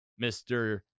Mr